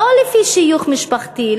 לא לפי שיוך משפחתי,